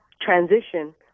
transition